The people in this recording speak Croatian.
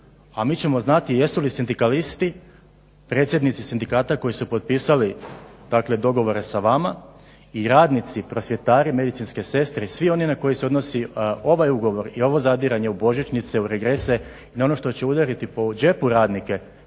a mi ćemo znati jesu li sindikalisti predsjednici sindikata koji su potpisali takve dogovore sa vama i radnici, prosvjetari, medicinske sestre i svi oni na koje se odnosi ovaj ugovor i ovo zadiranje u božićnice u regrese i na ono što će udariti po džepu radnike